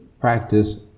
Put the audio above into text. practice